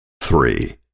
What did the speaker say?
Three